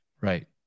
Right